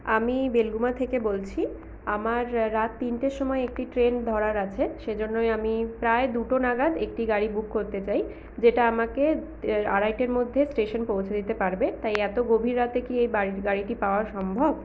আমি বেলগুমা থেকে বলছি আমার রাত তিনটের সময় একটি ট্রেন ধরার আছে সেজন্যই আমি প্রায় দুটো নাগাদ একটি গাড়ি বুক করতে চাই যেটা আমাকে আড়াইটার মধ্যে স্টেশন পৌঁছে দিতে পারবে তাই এতো গভীর রাতে কি এই বাড়ির গাড়িটি পাওয়া সম্ভব